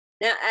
Now